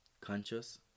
conscious